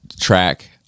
track